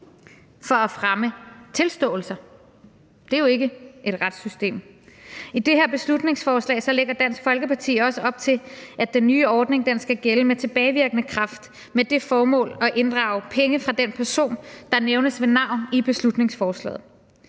for at fremme tilståelser. Det er jo ikke et retssystem. I det her beslutningsforslag lægger Dansk Folkeparti også op til, at den nye ordning skal gælde med tilbagevirkende kraft med det formål at inddrage penge fra den person, der nævnes ved navn i beslutningsforslaget.